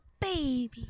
baby